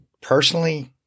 personally